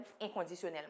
inconditionnellement